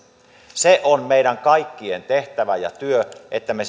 se on meidän kaikkien tehtävä ja työ että me